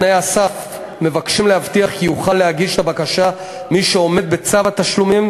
תנאי הסף מבקשים להבטיח כי יוכל להגיש את הבקשה מי שעומד בצו התשלומים,